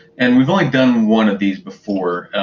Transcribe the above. and we've only done one of these before.